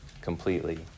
completely